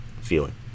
feeling